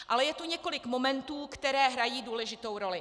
Ale je tu několik momentů, které hrají důležitou roli.